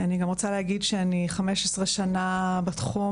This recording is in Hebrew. אני גם רוצה להגיד שאני 15 שנה בתחום,